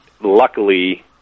luckily